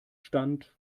stand